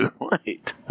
right